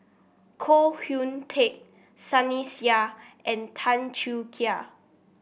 Koh Hoon Teck Sunny Sia and Tan Choo